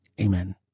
Amen